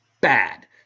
bad